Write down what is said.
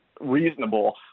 reasonable